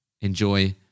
enjoy